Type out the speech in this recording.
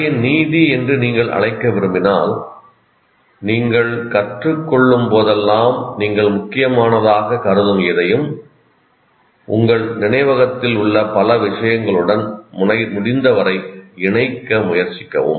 கதையின் நீதி என்று நீங்கள் அழைக்க விரும்பினால் நீங்கள் கற்றுக் கொள்ளும் போதெல்லாம் நீங்கள் முக்கியமானதாகக் கருதும் எதையும் உங்கள் நினைவகத்தில் உள்ள பல விஷயங்களுடன் முடிந்தவரை இணைக்க முயற்சிக்கவும்